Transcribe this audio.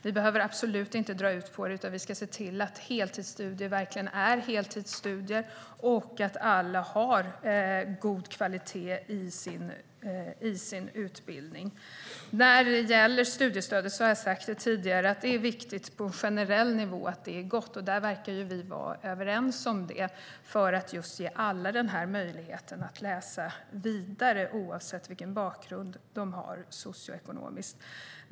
Vi behöver absolut inte dra ut på det, utan vi ska se till att heltidsstudier verkligen är heltidsstudier och att alla har god kvalitet i sin utbildning. När det gäller studiestödet är det, som jag har sagt tidigare, viktigt på en generell nivå att det är gott, för att ge alla möjlighet att läsa vidare oavsett socioekonomisk bakgrund. Det verkar vi vara överens om.